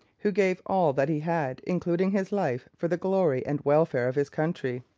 who gave all that he had, including his life, for the glory and welfare of his country.